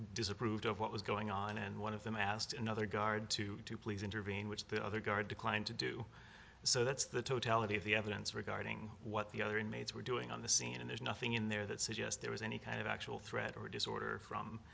disapproved of what was going on and one of them asked another guard to please intervene which the other guard declined to do so that's the totality of the evidence regarding what the other inmates were doing on the scene and there's nothing in there that suggests there was any kind of actual threat or disorder from